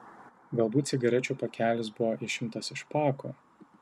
galbūt cigarečių pakelis buvo išimtas iš pako